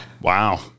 Wow